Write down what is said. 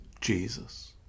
Jesus